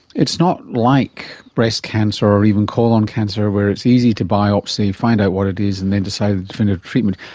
it's not like breast cancer or even colon cancer where it's easy to biopsy, find out what it is and then decide the definitive treatment,